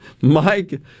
Mike